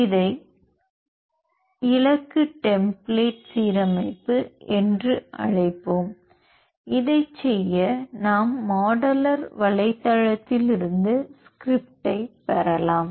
இதை இலக்கு டெம்ப்ளேட் சீரமைப்பு என்று அழைப்போம் இதைச் செய்ய நாம் மாடலர் வலைத்தளத்திலிருந்து ஸ்கிரிப்ட் பெறலாம்